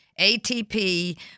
ATP